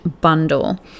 bundle